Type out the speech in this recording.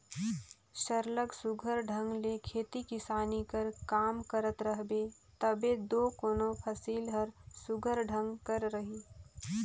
सरलग सुग्घर ढंग ले खेती किसानी कर काम करत रहबे तबे दो कोनो फसिल हर सुघर ढंग कर रही